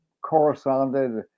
corresponded